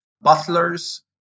butlers